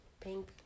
pink